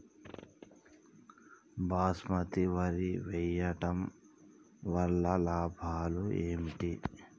బాస్మతి వరి వేయటం వల్ల లాభాలు ఏమిటి?